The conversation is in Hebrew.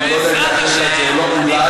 אני לא יודע אם זה כן או לא,